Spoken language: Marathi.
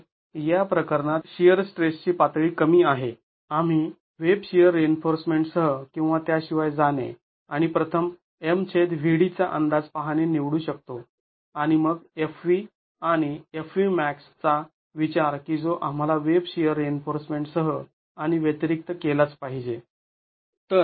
तर या प्रकरणात शिअर स्ट्रेसची पातळी कमी आहे आम्ही वेब शिअर रिइन्फोर्समेंटसह किंवा त्याशिवाय जाणे आणि प्रथम M V d चा अंदाज पाहणे निवडू शकतो आणि मग F v आणि F v max चा विचार की जो आम्हाला वेब शिअर रिइन्फोर्समेंटसह आणि व्यतिरिक्त केलाच पाहिजे